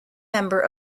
member